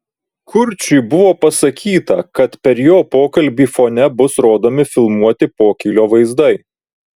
kurčiui buvo pasakyta kad per jo pokalbį fone bus rodomi filmuoti pokylio vaizdai